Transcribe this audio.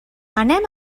anem